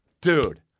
Dude